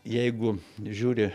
jeigu žiūri